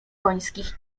końskich